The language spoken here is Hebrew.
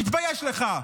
תתבייש לך.